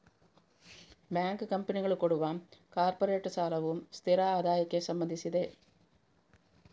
bond ಕಂಪನಿಗಳು ಕೊಡುವ corporate ಸಾಲವು ಸ್ಥಿರ ಆದಾಯಕ್ಕೆ ಸಂಬಂಧಿಸಿದೆ